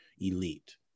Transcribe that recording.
elite